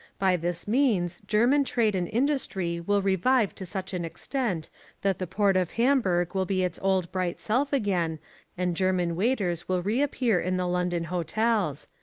by this means german trade and industry will revive to such an extent that the port of hamburg will be its old bright self again and german waiters will reappear in the london hotels.